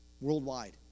worldwide